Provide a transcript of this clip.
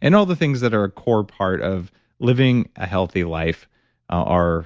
and all the things that are a core part of living a healthy life are